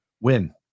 win